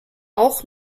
auch